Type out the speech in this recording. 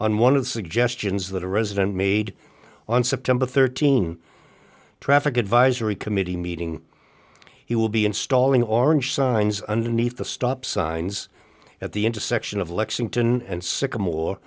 suggestions that a resident made on september th traffic advisory committee meeting he will be installing orange signs underneath the stop signs at the intersection of lexington and sycamore